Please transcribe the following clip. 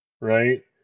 right